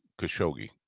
Khashoggi